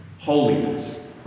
holiness